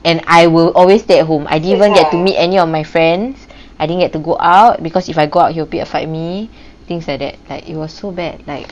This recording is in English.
and I will always stay at home I didn't even get to meet any of my friends I didn't get to go out because if I go out he will pick a fight with me things like that like it was so bad like